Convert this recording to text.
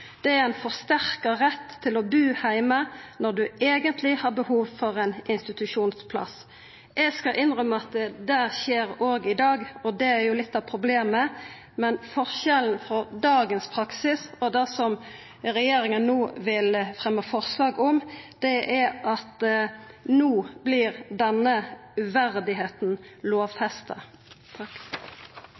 fått, er ein forsterka rett til å bu heime når ein eigentleg har behov for ein institusjonsplass. Eg skal innrømma at dette skjer òg i dag, og det er litt av problemet, men forskjellen frå dagens praksis og det som regjeringa no vil fremja forslag om, er at no vert denne uverdigheita lovfesta.